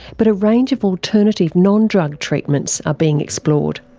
but a range of alternative non-drug treatments are being explored.